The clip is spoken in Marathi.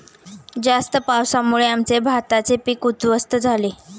जास्त पावसामुळे आमचे भाताचे पीक उध्वस्त झाले